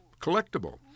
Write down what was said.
collectible